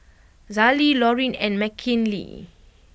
Azalee Loreen and Mckinley